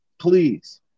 Please